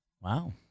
Wow